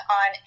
on